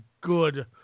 good